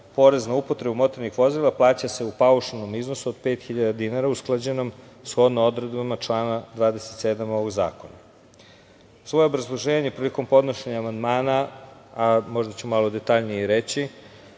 porez na upotrebu motornih vozila plaća se u paušalnom iznosu od pet hiljada dinara usklađenom shodno odredbama člana 27. ovog zakona. Svoje obrazloženje prilikom podnošenja amandmana, možda ću malo detaljnije i reći,